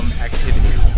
activity